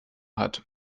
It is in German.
hat